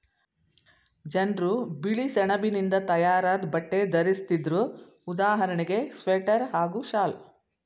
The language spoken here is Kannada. ಜನ್ರು ಬಿಳಿಸೆಣಬಿನಿಂದ ತಯಾರಾದ್ ಬಟ್ಟೆ ಧರಿಸ್ತಿದ್ರು ಉದಾಹರಣೆಗೆ ಸ್ವೆಟರ್ ಹಾಗೂ ಶಾಲ್